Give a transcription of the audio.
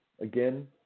again